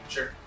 Sure